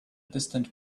distant